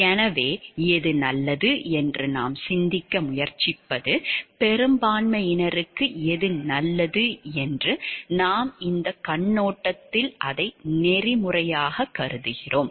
எனவே எது நல்லது என்று நாம் சிந்திக்க முயற்சிப்பது பெரும்பான்மையினருக்கு எது நல்லது என்று நாம் இந்தக் கண்ணோட்டத்தில் அதை நெறிமுறையாகக் கருதுகிறோம்